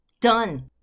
done